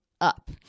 up